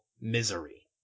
misery